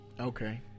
Okay